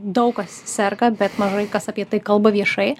daug kas serga bet mažai kas apie tai kalba viešai